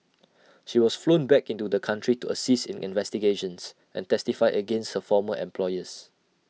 she was flown back into the country to assist in investigations and testify against her former employers